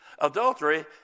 Adultery